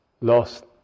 lost